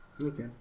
Okay